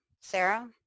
sarah